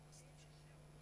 יעקב